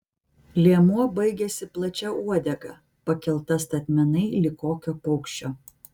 liemuo baigėsi plačia uodega pakelta statmenai lyg kokio paukščio